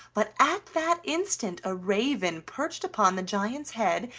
but at that instant a raven perched upon the giant's head,